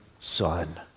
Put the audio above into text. Son